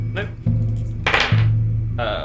Nope